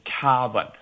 carbon